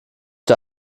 der